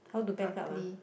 how to pack up ah